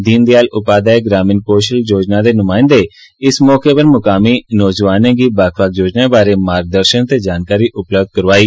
दीन दयाल उपाध्याय ग्रामीण कौशल योजना दे नुमाइंदें इस मौके मुकामी नौजुवानें गी बक्ख बक्ख योजनाएं बारै मार्गदर्शन ते जानकारी उपलब्ध करोआई